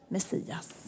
Messias